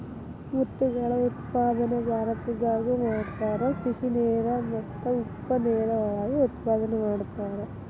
ಮುತ್ತುಗಳ ಉತ್ಪಾದನೆ ಭಾರತದಾಗು ಮಾಡತಾರ, ಸಿಹಿ ನೇರ ಮತ್ತ ಉಪ್ಪ ನೇರ ಒಳಗ ಉತ್ಪಾದನೆ ಮಾಡತಾರ